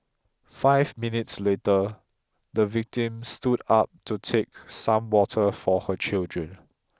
five minutes later the victim stood up to take some water for her children